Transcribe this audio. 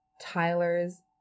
Tyler's